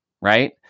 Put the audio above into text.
Right